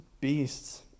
beasts